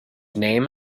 name